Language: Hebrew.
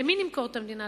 למי נמכור את המדינה?